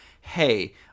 hey